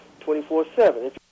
24-7